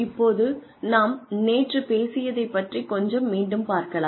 இப்போது நாம் நேற்று பேசியதைப் பற்றி கொஞ்சம் மீண்டும் பார்க்கலாம்